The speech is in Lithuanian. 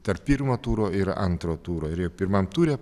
tarp pirmo turo ir antro turo ir jau pirmam ture